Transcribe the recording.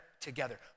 together